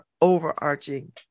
overarching